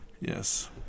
yes